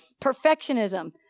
Perfectionism